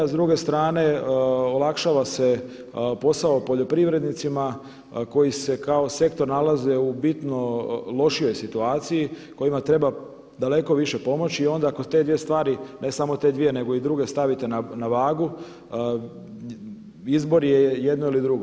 S druge strane olakšava se posao poljoprivrednicima koji se kao sektor nalaze u bitno lošijoj situaciji, kojima treba daleko više pomoći i onda ako te dvije stvari, ne samo te dvije nego i druge stavite na vagu izbor je jedno ili drugo.